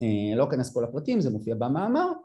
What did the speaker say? ‫לא אכנס פה לפרטים, ‫זה מופיע במאמר.